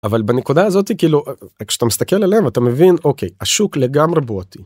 אבל בנקודה הזאת כאילו, כשאתה מסתכל עליהם אתה מבין, אוקיי, השוק לגמרי בוטי.